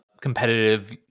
competitive